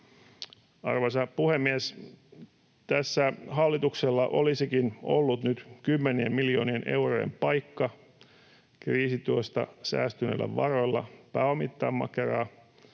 Arvoisa puhemies! Tässä hallituksella olisikin ollut nyt kymmenien miljoonien eurojen paikka kriisityöstä säästyneillä varoilla pääomittaa Makeraa